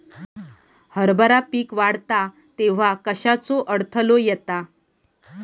हरभरा पीक वाढता तेव्हा कश्याचो अडथलो येता?